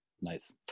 Nice